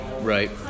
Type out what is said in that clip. right